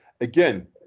Again